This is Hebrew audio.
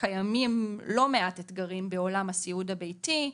וקיימים לא מעט אתגרים בעולם הסיעוד הביתי,